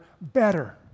better